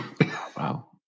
wow